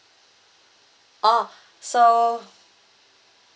oh so